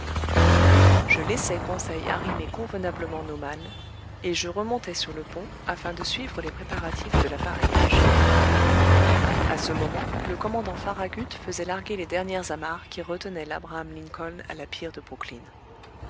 je laissai conseil arrimer convenablement nos malles et je remontai sur le pont afin de suivre les préparatifs de l'appareillage a ce moment le commandant farragut faisait larguer les dernières amarres qui retenaient labraham lincoln à la pier de brooklyn